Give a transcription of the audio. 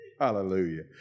Hallelujah